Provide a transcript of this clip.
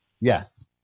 Yes